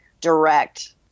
direct